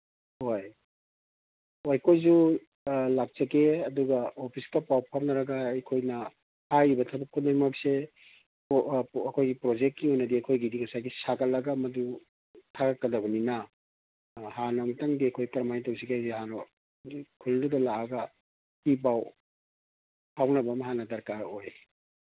ꯍꯣꯏ ꯍꯣꯏ ꯑꯩꯈꯣꯏꯁꯨ ꯂꯥꯛꯆꯒꯦ ꯑꯗꯨꯒ ꯑꯣꯐꯤꯁꯀ ꯄꯥꯎ ꯐꯥꯎꯅꯔꯒ ꯑꯩꯈꯣꯏꯅ ꯍꯥꯏꯔꯤꯕ ꯊꯕꯛ ꯈꯨꯗꯤꯡꯃꯛꯁꯦ ꯑꯩꯈꯣꯏꯒꯤ ꯄ꯭ꯔꯣꯖꯦꯛꯀꯤ ꯑꯣꯏꯅꯗꯤ ꯑꯩꯈꯣꯏꯒꯤꯗꯤ ꯉꯁꯥꯏꯒꯤ ꯁꯥꯒꯠꯂꯒ ꯃꯗꯨ ꯊꯥꯒꯠꯀꯗꯕꯅꯤꯅ ꯍꯥꯟꯅ ꯑꯝꯇꯪꯗꯤ ꯑꯩꯈꯣꯏ ꯀꯔꯃꯥꯏꯅ ꯇꯧꯁꯤꯒꯦꯁꯤ ꯍꯥꯟꯅ ꯑꯝꯇꯪ ꯈꯨꯜꯗꯨꯗ ꯂꯥꯛꯑꯒ ꯏ ꯄꯥꯎ ꯐꯥꯎꯅꯕ ꯑꯃ ꯍꯥꯟꯅ ꯗꯔꯀꯥꯔ ꯑꯣꯏ